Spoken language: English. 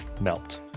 melt